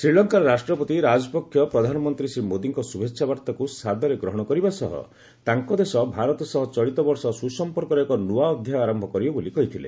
ଶ୍ରୀଲଙ୍କାର ରାଷ୍ଟ୍ରପତି ରାଜପକ୍ଷ ପ୍ରଧାନମନ୍ତ୍ରୀ ଶ୍ରୀ ମୋଦିଙ୍କ ଶ୍ରଭେଚ୍ଛା ବାର୍ତ୍ତାକୁ ସାଦରେ ଗ୍ରହଣ କରିବା ସହ ତାଙ୍କ ଦେଶ ଭାରତ ସହ ଚଳିତ ବର୍ଷ ସ୍ରସମ୍ପର୍କର ଏକ ନୂଆ ଅଧ୍ୟାୟ ଆରମ୍ଭ କରିବ ବୋଲି କହିଥିଲେ